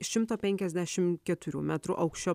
šimto penkiasdešim keturių metrų aukščio